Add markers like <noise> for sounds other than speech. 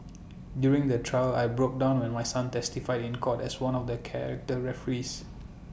<noise> during the trial I broke down when my son testified in court as one of the character referees